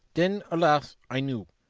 then, alas! i knew.